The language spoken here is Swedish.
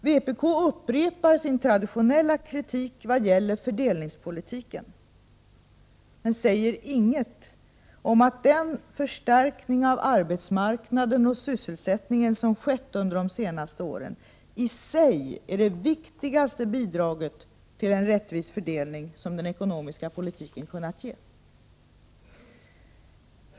Vpk upprepar sin traditionella kritik vad gäller fördelningspolitiken, men säger inget om att den förstärkning av arbetsmarknaden och sysselsättningen som skett under de senaste åren i sig är det viktigaste bidraget till en rättvis fördelning som den ekonomiska politiken kunnat ge.